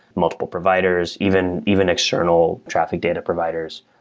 multiple providers, even even external traffic data providers,